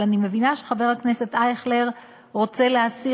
אבל אני מבינה שחבר הכנסת אייכלר רוצה להסיר